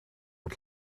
het